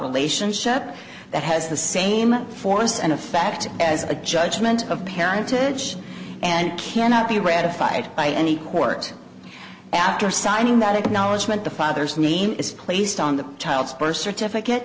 relationship that has the same force and effect as a judgment of parentage and cannot be ratified by any court after signing that acknowledgment the father's name is placed on the child's birth certificate